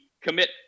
commit